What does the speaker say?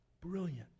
Brilliant